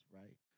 right